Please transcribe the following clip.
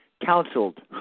Counseled